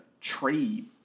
trade